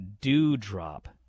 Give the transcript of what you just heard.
Dewdrop